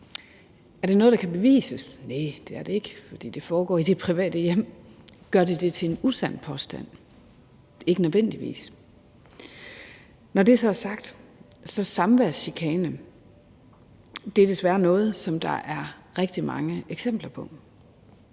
Er det noget, der kan bevises? Nej, det er det ikke, for det foregår i det private hjem. Gør det det til en usand påstand? Ikke nødvendigvis. Når det så er sagt, er samværschikane desværre noget, som der er rigtig mange eksempler på.